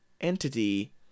entity